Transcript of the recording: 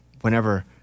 whenever